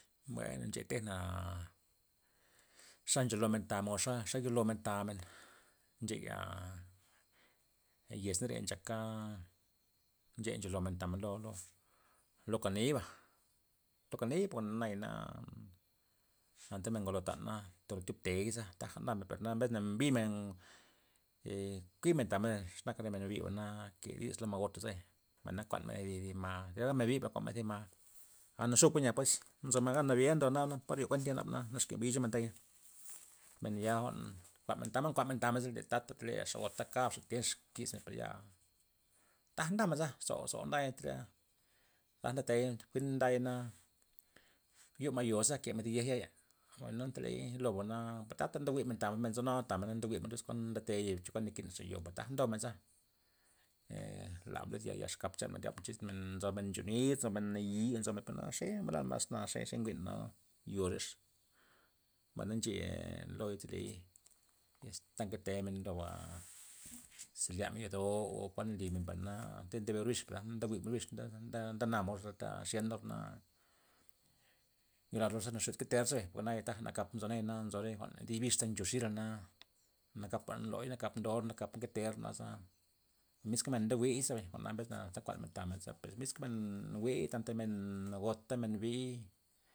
Bueno nche tejna xa ncholomen tamen o xa- xa yolomen tamen, ncheya yesnare nchaka nche ncholomen tamen lo- lo lo kaniba, lo kani bay naya anta men ngolotan na tolo thiob teyza taja ndamen per na mbesna mbimen kui'men tamen xe nak re men biba na ke dis lo ma' gota zebay, mbay na kuan men zi- zi ma' kuan men zi ma' a naxuk nya pues nzo men gan nabi ndo naba par ryo kuen nke naba naz ken mbi cholo men taya men ya jwa'n nkuan tamod nkuan men tamen ze ley tata teley xa gota kabxa kismen per ya taja ndamenza zou- zou nday teley ta ndetey jwi'n dayna, yoma' yoza ke ma' zi yej ya'i mbayna anta teley lobana' per tata ndo jwi'men tamen men nzonula tamen ndo jwi'men kuan ndote yo chokuan nakinxa yo'ba taga ndomen za la ya- ya exkap chanmen iz nzomen nchu nit nzo men nayi nzo men per na xe mblan mas na xe- xe njwi'n jwa'na yorex, mbay na ncheya loy iz teley este ta nketemen loba zelyamen yodo o kuan limen per na tyz nde orbix nde jwi'men orbix za- za ndamen orta nxyenor na yo lalor ze naxutka keter zebay jwa'na naya taja kap nzo naya nzo re jwa'n di bix nzo xira' jwa'na naka nloy nakap ndor nakap nketer naza miska men ndi jwi'za bey jwa'na mbesna za kuanmen tamen ze miska men njwi' tak men gota men bi'y.